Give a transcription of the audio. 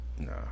Nah